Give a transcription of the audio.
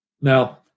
Now